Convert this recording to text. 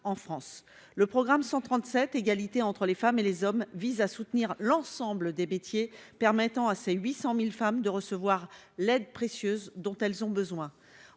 France, le programme 137, égalité entre les femmes et les hommes, vise à soutenir l'ensemble des métiers permettant à c'est 800000 femmes de recevoir l'aide précieuse dont elles ont besoin,